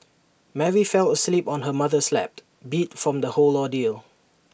Mary fell asleep on her mother's lap beat from the whole ordeal